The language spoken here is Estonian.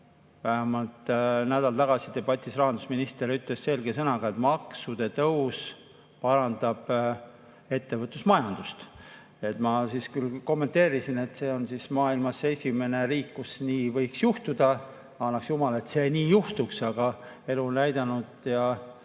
Vähemalt nädal tagasi debatis rahandusminister ütles selge sõnaga, et maksude tõus parandab ettevõtlust ja majandust. Ma küll kommenteerisin, et see on siis maailmas esimene riik, kus nii võiks juhtuda. Annaks jumal, et see nii juhtuks, aga elu on näidanud ja